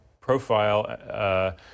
profile